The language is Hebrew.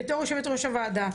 בתור יושבת ראש הוועדה,